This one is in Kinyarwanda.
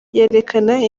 yerekana